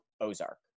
ozark